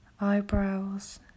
eyebrows